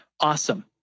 Awesome